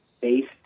based